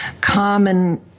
common